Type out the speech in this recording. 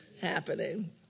happening